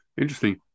Interesting